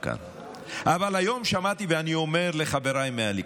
מפאת ההיכרות העמוקה איתך אז אני מסתכל עליך.